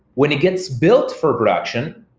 when it gets built for production,